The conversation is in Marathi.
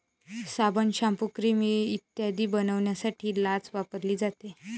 साबण, शाम्पू, क्रीम इत्यादी बनवण्यासाठी लाच वापरली जाते